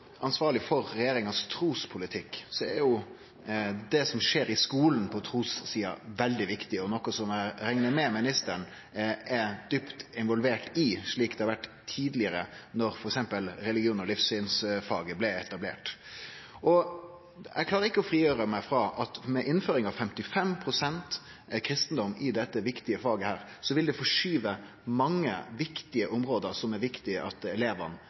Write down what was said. ansvarleg for truspolitikken til regjeringa. I så måte er det som skjer i skulen på trussida, veldig viktig og noko eg reknar med at ministeren er djupt involvert i, slik det tidlegare har vore da f.eks. religions- og livssynsfaget blei etablert. Eg klarer ikkje frigjere meg frå at innføringa av 55 pst. kristendom i dette viktige faget vil forskyve mange område som det er viktig at